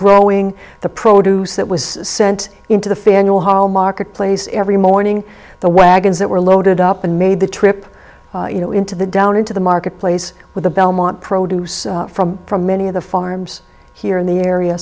growing the produce that was sent into the faneuil hall marketplace every morning the wagons that were loaded up and made the trip you know into the down into the marketplace with the belmont produce from from many of the farms here in the area